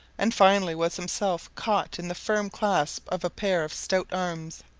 and finally was himself caught in the firm clasp of a pair of stout arms.